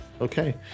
Okay